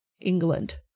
england